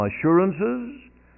assurances